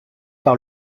par